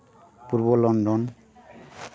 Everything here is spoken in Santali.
ᱯᱩᱨᱵᱚ ᱞᱚᱱᱰᱚᱱ